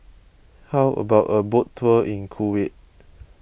how about a boat tour in Kuwait